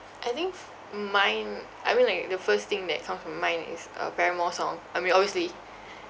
I think mm mine I mean like the first thing that comes to my mind is a paramore song I mean obviously